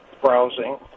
browsing